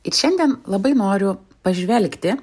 ir šiandien labai noriu pažvelgti